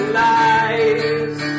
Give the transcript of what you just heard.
lies